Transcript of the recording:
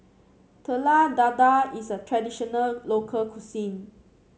Telur Dadah is a traditional local cuisine